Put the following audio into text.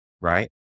right